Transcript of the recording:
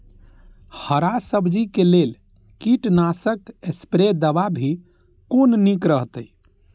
हरा सब्जी के लेल कीट नाशक स्प्रै दवा भी कोन नीक रहैत?